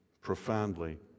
profoundly